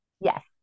Yes